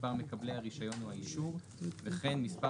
מספר מקבלי הרישיון או האישור וכן מספר